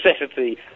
necessity